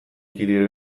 kili